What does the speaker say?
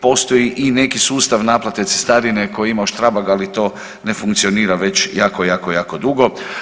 Postoji i neki sustav naplate cestarine koji je imao Strabag, ali to ne funkcionira već jako, jako, jako dugo.